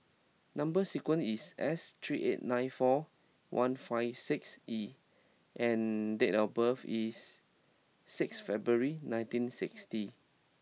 number sequence is S three eight nine four one five six E and date of birth is sixth February nineteen sixty